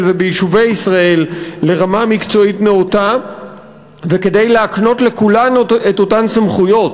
וביישובי ישראל לרמה מקצועית נאותה וכדי להקנות לכולן את אותן סמכויות.